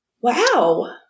Wow